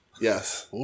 yes